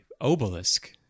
obelisk